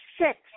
six